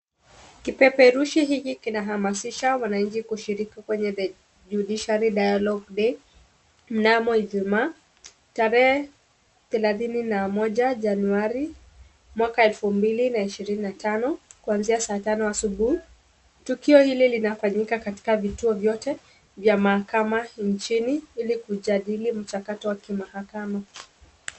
Kipeperushi hiki kinahamasisha wananchi kushiriki kwenye The Judiciary Dialogue Day mnamo ijumaa, tarehe thelathini na moja januari, mwaka wa elfu mbili na ishirini tano kuanzia saa tano asubuhi. Tukio hili linafanyika katika vituo vyote vya mahakama nchini ili kujadili mchakato wa kimahakama.